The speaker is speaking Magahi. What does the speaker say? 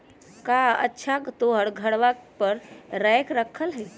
कअच्छा तोहर घरवा पर रेक रखल हई?